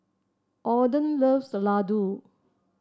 Ogden loves Ladoo